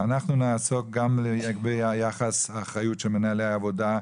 אנחנו נעסוק לגבי היחס והאחריות של מנהלי העבודה,